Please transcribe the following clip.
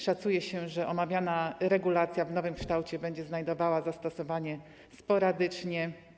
Szacuje się, że omawiana regulacja w nowym kształcie będzie znajdowała zastosowanie sporadycznie.